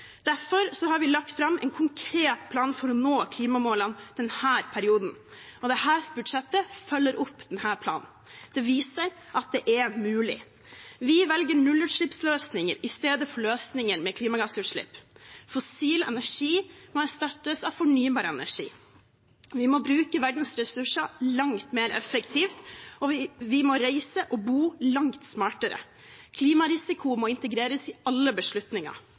Derfor har vi lagt fram en konkret plan for å nå klimamålene denne perioden, og dette budsjettet følger opp denne planen. Det viser at det er mulig. Vi velger nullutslippsløsninger i stedet for løsninger med klimagassutslipp. Fossil energi må erstattes av fornybar energi. Vi må bruke verdens ressurser langt mer effektivt, og vi må reise og bo langt smartere. Klimarisiko må integreres i alle beslutninger.